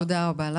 תודה רבה.